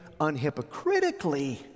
unhypocritically